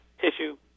tissue